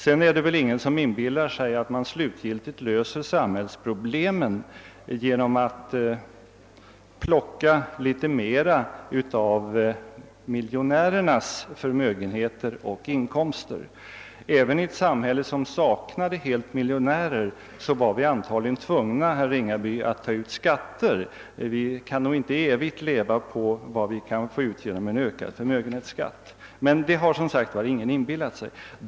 Det är väl ingen som inbillar sig att man slutgiltigt löser samhällsproblemen genom att plocka litet mer av miljonärernas förmögenheter och inkomster. Även i ett samhälle som helt saknar miljonärer skulle vi antagligen, herr Ringaby, vara tvungna att ta ut skatter. Vi kan nog inte evigt leva på vad vi kan få ut genom en ökad förmögenhetsskatt, men det har som sagt ingen inbillat sig heller.